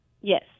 Yes